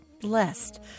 blessed